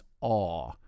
awe